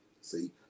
See